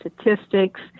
statistics